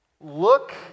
look